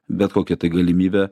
bet kokią galimybę